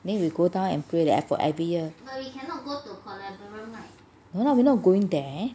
then we go down and pray for every year no lah we not going there